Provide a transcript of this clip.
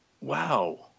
wow